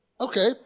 Okay